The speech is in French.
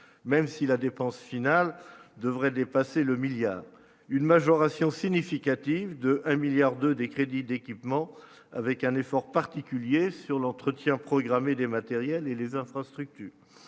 même si la dépense finale devrait dépasser le milliard une majoration significative de 1 milliard de des crédits d'équipement avec un effort particulier sur l'entretien programmé des matériels et les infrastructures,